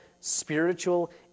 spiritual